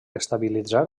estabilitzar